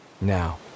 Now